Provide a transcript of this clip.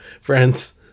friends